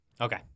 Okay